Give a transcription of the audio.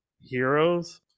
heroes